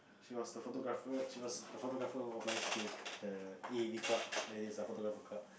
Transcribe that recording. she was the photographer she was the photographer of my school the A_V Club that is the photographer club